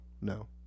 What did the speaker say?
no